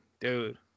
dude